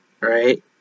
Right